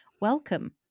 welcome